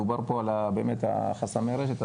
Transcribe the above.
דובר פה על חסמי הרשת,